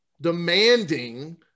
demanding